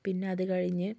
പിന്നെ അതു കഴിഞ്ഞ്